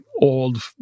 old